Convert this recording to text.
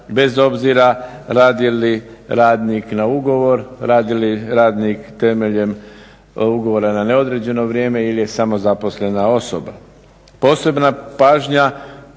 bez obzira radi li radnik na ugovor, radi li radnik temeljem ugovora na neodređeno vrijeme ili je samozaposlena osoba. Posebna pažnja